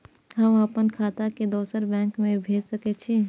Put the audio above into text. हम आपन खाता के दोसर बैंक में भेज सके छी?